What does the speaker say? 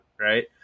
right